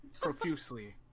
Profusely